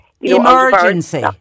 Emergency